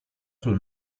sul